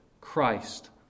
Christ